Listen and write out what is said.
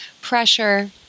pressure